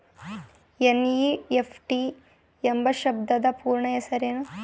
NEFT ಎಂಬ ಶಬ್ದದ ಪೂರ್ಣ ಹೆಸರೇನು?